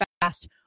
fast